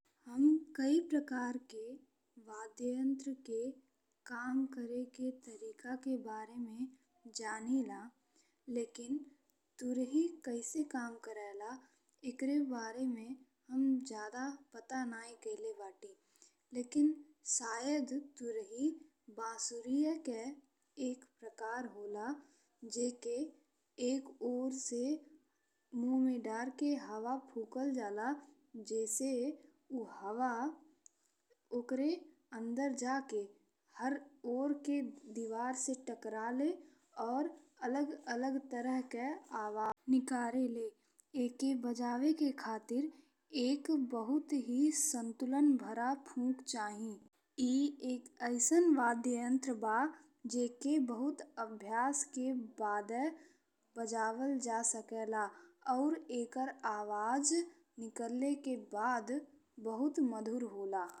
हम कई प्रकार के वाद्य यंत्र के काम करेके तरीका के बारे में जानीला, लेकिन तुरही कैसे काम करेला एकरे बारे में हम ज्यादा पता नहीं कइले बानी। लेकिन शायद तुरही बांसुरी के एक प्रकार होला जेके एक ओर से मुँह में डारी के हवा फूँकल जाला जैसे ऊ हवा ओकर अंदर जा के हर ओर के दीवार से टकराले अउर अलग-अलग तरह के आवाज निकारले। एके बजावे के खातिर एक बहुत ही संतुलन भरा फूँक चाही। ए एक अइसन वाद्य यंत्र बा जेके बहुत अभ्यास के बादे बजावल जा सकेला अउर एकर आवाज निकरले के बाद बहुत मधुर होला।